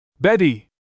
Betty